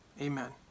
Amen